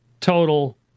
total